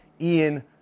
Ian